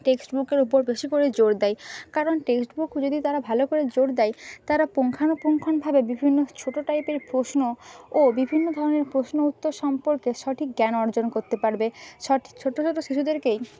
text বুকের ওপর বেশি করে জোর দেয় কারণ টেক্সট বুক যদি তারা ভালো করে জোর দেয় তারা পুঙ্খানুপুঙ্খভাবে বিভিন্ন ছোট টাইপের প্রশ্ন ও বিভিন্ন ধরনের প্রশ্ন উত্তর সম্পর্কে সঠিক জ্ঞান অর্জন করতে পারবে সঠিক ছোট ছোট শিশুদেরকে